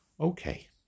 Okay